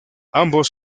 ambos